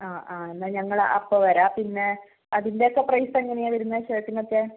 ആ ആ എന്നാൽ ഞങ്ങൾ അപ്പം വരാം പിന്നെ അതിൻ്റെയൊക്കെ പ്രൈസ് എങ്ങനെയാണ് വരുന്നത് ഷർട്ടിനൊക്കെ